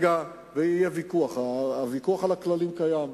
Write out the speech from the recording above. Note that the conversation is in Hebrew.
ויהיה ויכוח, הוויכוח על הכללים קיים.